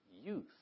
youth